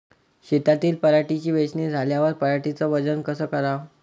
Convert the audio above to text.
शेतातील पराटीची वेचनी झाल्यावर पराटीचं वजन कस कराव?